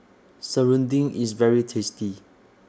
Serunding IS very tasty